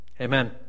Amen